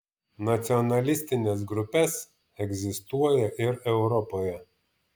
nacionalistines grupes egzistuoja ir europoje